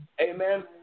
Amen